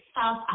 South